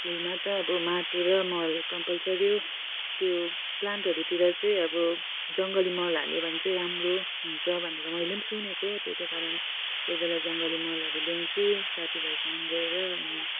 फुलमा त अब माटो र मल कम्पलसरी हो त्यो प्लान्टहरूतिर चाहिँ अब जङ्गली मल हाल्यो भने चाहिँ राम्रो हुन्छ भनेर मैले सुनेको त्यसै कारण कोही बेला जङ्गली मलहरू ल्याउँछु साथी भाइसँग गएर अनि